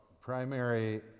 Primary